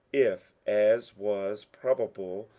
if, as was probable,